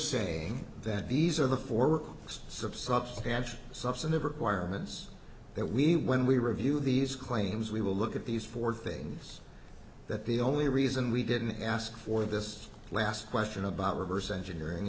saying that these are the four subscribe scansion substantive requirements that we when we review these claims we will look at these four things that the only reason we didn't ask for this last question about reverse engineering